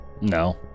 No